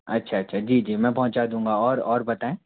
अच्छा अच्छा जी जी मैं पहुँचा दूँगा और और बताएं